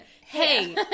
hey